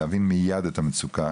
להבין מייד את המצוקה,